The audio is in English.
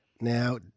Now